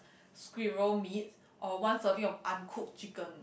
squirrel meats or one serving of uncooked chicken